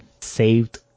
saved